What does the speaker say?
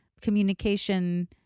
communication